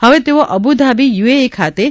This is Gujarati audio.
હવે તેઓ અબુધાબી યુએઈ ખાતે તા